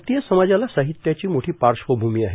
भारतीय समाजाला साहित्याची मोठी पाश्र्वभूमी आहे